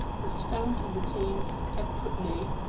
was found in the thames at putney.